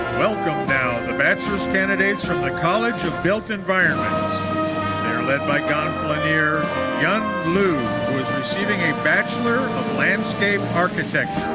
welcome the bachelor candidates from the college of built environments. they are led by gonfaloniere yun liu, who is receiving a bachelor of landscape architecture.